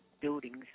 buildings